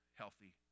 healthy